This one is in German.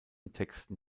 texten